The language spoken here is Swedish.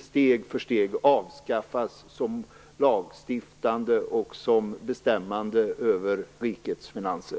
steg för steg avskaffas som lagstiftande organ och förlorar sitt bestämmande över rikets finanser.